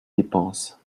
dépenses